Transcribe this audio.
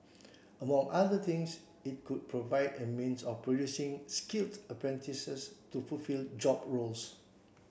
among other things it could provide a means of producing skilled apprentices to fulfil job roles